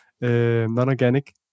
non-organic